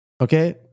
okay